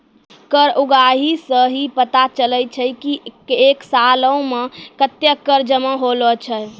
कर उगाही सं ही पता चलै छै की एक सालो मे कत्ते कर जमा होलो छै